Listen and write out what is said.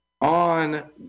on